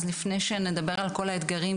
אז לפני שנדבר על כל האתגרים,